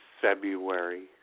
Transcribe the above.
February